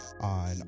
on